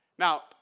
Now